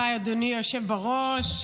תודה רבה, אדוני היושב בראש.